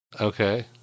Okay